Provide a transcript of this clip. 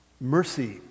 mercy